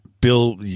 Bill